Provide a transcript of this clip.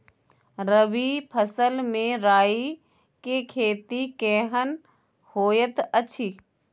रबी फसल मे राई के खेती केहन होयत अछि?